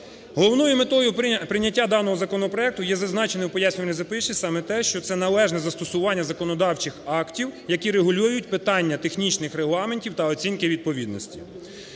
Головною метою прийняття даного законопроекту є зазначене в пояснювальній записці саме те, що це належне застосування законодавчих актів, які регулюють питання технічних регламентів та оцінки відповідності.